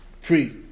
free